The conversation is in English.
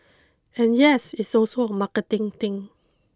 and yes it's also a marketing thing